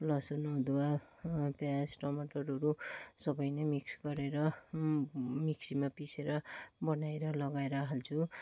लसिन अदुवा प्याज टमाटरहरू सबै नै मिक्स गरेर मिक्सीमा पिसेर बनाएर लगाएर हाल्छु